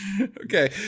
Okay